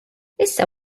issa